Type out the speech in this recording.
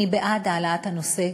אני בעד העלאת הנושא,